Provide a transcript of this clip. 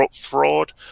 fraud